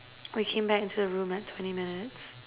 we came back into the room at twenty minutes